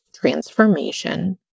Transformation